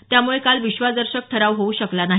त्यामुळे काल विश्वासदर्शक ठराव होऊ शकला नाही